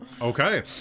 okay